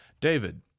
david